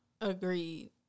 Agreed